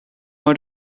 want